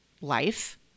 life